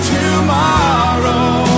tomorrow